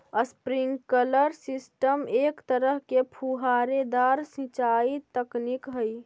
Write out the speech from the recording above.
sprinkler system एक तरह के फुहारेदार सिंचाई तकनीक हइ